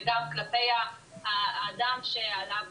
וגם כלפי האדם שעליו